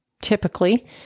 typically